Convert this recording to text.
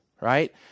right